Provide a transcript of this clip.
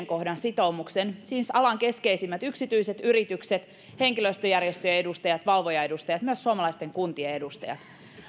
kohdan sitoumuksen siis alan keskeisimmät yksityiset yritykset henkilöstöjärjestöjen edustajat valvojaedustajat myös suomalaisten kuntien edustajat